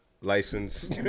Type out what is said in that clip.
license